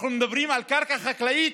אנחנו מדברים על קרקע חקלאית,